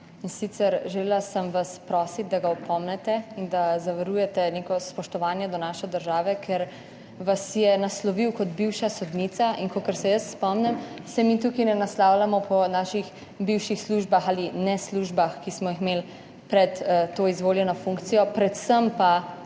in sicer želela sem vas prositi, da ga opomnite in da zavarujete neko spoštovanje do naše države, ker vas je naslovil z bivša sodnica. Kolikor se jaz spomnim, se mi tukaj ne naslavljamo po naših bivših službah ali neslužbah, ki smo jih imeli pred to izvoljeno funkcijo, predvsem pa